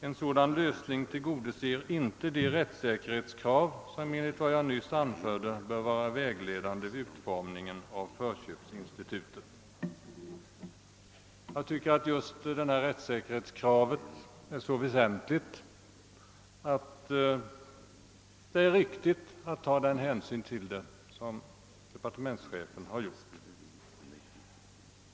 En sådan lösning tillgodoser inte de rättssäkerhetskrav som enligt vad jag nyss anförde bör vara vägledande vid utformningen av förköpsinstitutet.» Jag tycker att just rättssäkerhetskravet är så väsentligt att det är riktigt att ta den hänsyn till det som departementschefen har gjort.